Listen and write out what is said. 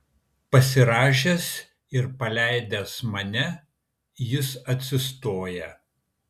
pasirąžęs ir paleidęs mane jis atsistoja